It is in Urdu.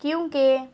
کیونکہ